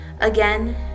Again